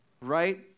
Right